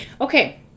Okay